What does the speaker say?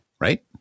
right